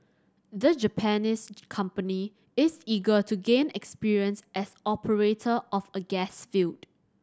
the Japanese company is eager to gain experience as operator of a gas field